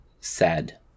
sad